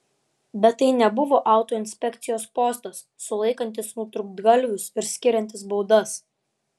bet tai nebuvo autoinspekcijos postas sulaikantis nutrūktgalvius ir skiriantis baudas